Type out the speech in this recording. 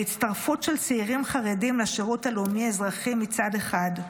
ההצטרפות של צעירים חרדים לשירות הלאומי-אזרחי מצד אחד,